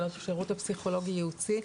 של השרות הפסיכולוגי ייעוצי,